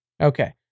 Okay